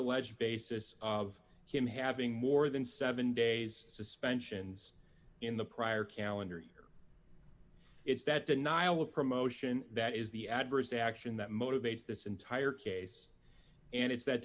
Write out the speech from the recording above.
alleged basis of him having more than seven days suspensions in the prior calendar year it's that denial of promotion that is the adverse action that motivates this entire case and it's that